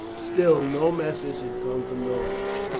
still no message had come from norwich,